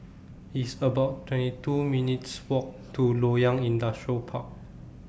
It's about twenty two minutes' Walk to Loyang Industrial Park